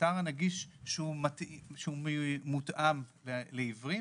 ובאתר הנגיש שהוא מותאם לעיוורים,